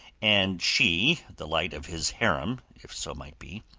and she, the light of his harem if so might be,